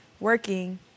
Working